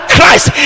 Christ